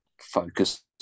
focus